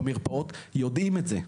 במרפאות יודעים את זה.